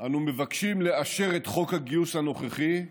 אנו מבקשים לאשר את חוק הגיוס הנוכחי,